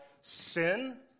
sin